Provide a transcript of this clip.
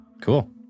Cool